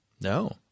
No